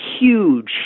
huge